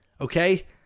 okay